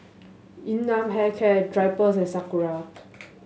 Yun Nam Hair Care Drypers and Sakura